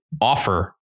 offer